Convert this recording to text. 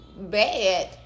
bad